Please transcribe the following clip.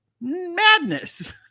madness